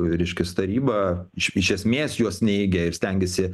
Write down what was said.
reiškias taryba iš iš esmės juos neigė ir stengėsi